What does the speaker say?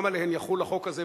גם עליהן יחול החוק הזה,